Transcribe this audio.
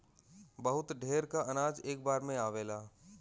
बहुत ढेर क अनाज एक बार में आवेला